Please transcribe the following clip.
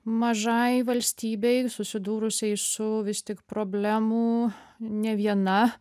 mažai valstybei susidūrusiai su vis tik problemų ne viena